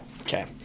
Okay